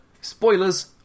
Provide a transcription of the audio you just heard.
Spoilers